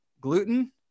gluten